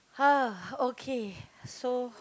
!huh! okay so